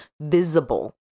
visible